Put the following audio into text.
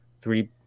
three